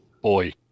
boy